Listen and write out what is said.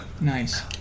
Nice